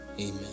amen